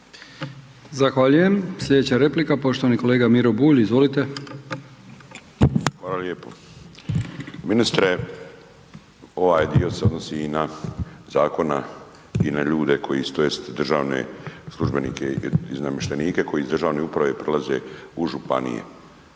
Zahvaljujem. Sljedeća replika poštovani kolega Miro Bulj. Izvolite. **Bulj, Miro (MOST)** Hvala lijepo. Ministre ovaj dio zakona se odnosi i na ljude koji su državni službenici i namještenici koji iz državne uprave prelaze u županije.